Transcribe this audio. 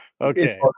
okay